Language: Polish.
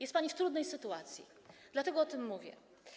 Jest pani w trudnej sytuacji, dlatego o tym mówię.